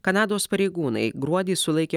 kanados pareigūnai gruodį sulaikė